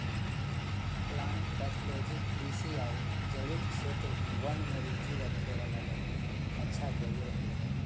plant pathology कृषि आऊ जैविक क्षेत्र वन में रुचि रखे वाला लगी अच्छा कैरियर हइ